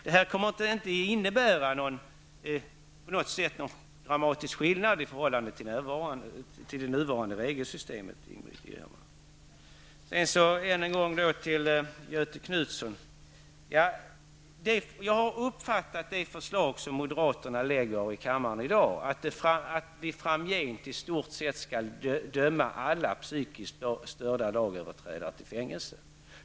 Det blir inte någon dramatisk skillnad i förhållande till det nuvarande regelsystemet. Än en gång till Göthe Knutson: Det förslag som moderaterna lägger i kammaren i dag har jag uppfattat så, att framgent skall i stort sett alla psykiskt störda lagöverträdare dömas till fängelse.